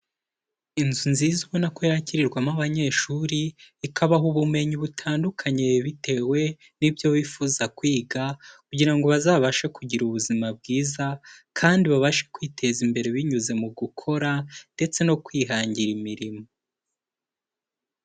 Inzu nziza ubona ko yakirirwamo abanyeshuri ikabaha ubumenyi butandukanye bitewe n'ibyo wifuza kwiga, kugira ngo bazabashe kugira ubuzima bwiza kandi babashe kwiteza imbere binyuze mu gukora ndetse no kwihangira imirimo.